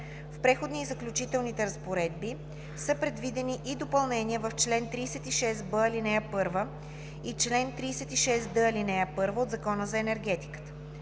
в Преходните и заключителните разпоредби са предвидени и допълнения в чл. 36б, ал. 1 и чл. 36д, ал. 1 от Закона за енергетиката.